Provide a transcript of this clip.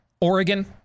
Oregon